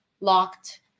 locked